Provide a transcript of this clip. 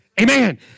Amen